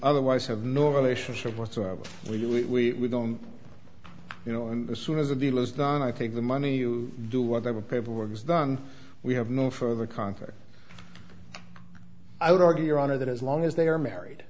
otherwise have no relationship whatsoever we do we don't you know and as soon as a deal is done i take the money you do whatever paperwork is done we have no further conflict i would argue your honor that as long as they are married